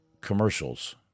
commercials